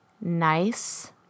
nice